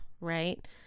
right